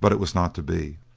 but it was not to be.